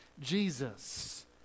Jesus